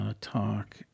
talk